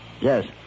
Yes